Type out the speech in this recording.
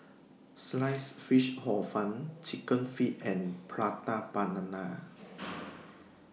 Sliced Fish Hor Fun Chicken Feet and Prata Banana